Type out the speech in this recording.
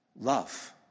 love